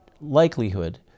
likelihood